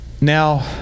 Now